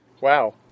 Wow